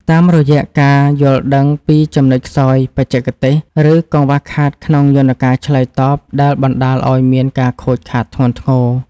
តាមរយៈការយល់ដឹងពីចំណុចខ្សោយបច្ចេកទេស ឬកង្វះខាតក្នុងយន្តការឆ្លើយតបដែលបណ្តាលឱ្យមានការខូចខាតធ្ងន់ធ្ងរ។